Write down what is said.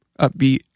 upbeat